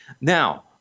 Now